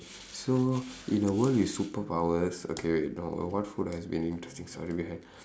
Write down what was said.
so in a world with superpowers okay wait no uh what food has an interesting story behind